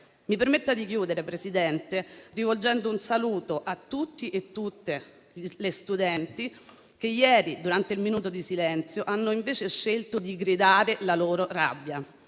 Mi permetta di chiudere, Presidente, rivolgendo un saluto a tutte le studentesse e a tutti gli studenti che ieri, durante il minuto di silenzio, hanno invece scelto di gridare la loro rabbia.